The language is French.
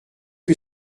que